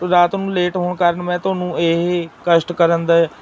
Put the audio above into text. ਰਾਤ ਨੂੰ ਲੇਟ ਹੋਣ ਕਾਰਨ ਮੈਂ ਤੁਹਾਨੂੰ ਇਹ ਕਸ਼ਟ ਕਰਨ ਦਾ